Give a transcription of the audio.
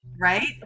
Right